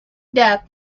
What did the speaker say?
death